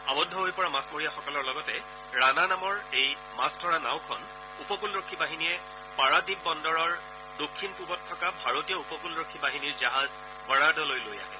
আৱদ্ধ হৈ পৰা মাছমৰীয়াসকলৰ লগতে ৰানা নামৰ এই মাছ ধৰা নাওখন উপকূলৰক্ষী বাহিনীয়ে পাৰাদ্বীপ বন্দৰৰ দক্ষিণ পূৱত থকা ভাৰতীয় উপকূলৰক্ষী বাহিনীৰ জাহাজ ৱৰাডলৈ লৈ আহে